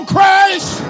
Christ